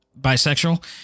bisexual